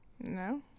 No